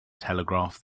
telegraph